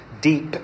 deep